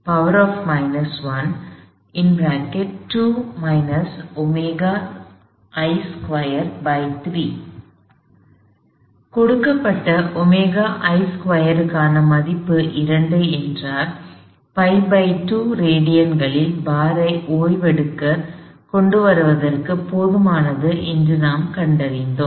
எனவே கொடுக்கப்பட்ட ωi2 கான மதிப்பு 2 என்றால் π2 ரேடியன்களில் பார் ஐ ஓய்வெடுக்கக் கொண்டுவருவதற்குப் போதுமானது என்று நாம் கண்டறிந்தோம்